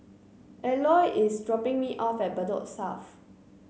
Eloy is dropping me off at Bedok South